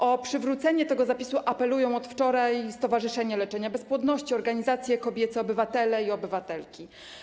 O przywrócenie tego zapisu apelują od wczoraj stowarzyszenia leczenia bezpłodności, organizacje kobiece, obywatele i obywatelki.